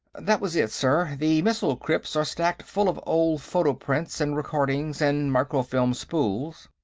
that was it, sir. the missile-crypts are stacked full of old photoprints and recording and microfilm spools.